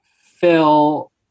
Phil